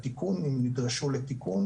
בהקשר של רשויות מקומיות,